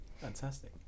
Fantastic